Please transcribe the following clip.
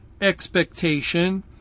expectation